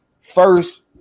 first